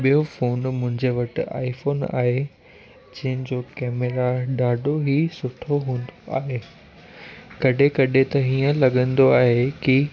ॿियो फ़ोन मुंहिंजे वटि आईफ़ोन आहे जंहिंजो केमेरा ॾाढो ई सुठो हूंदो आहे कॾहिं कॾहिं त हीअं लॻंदो आहे की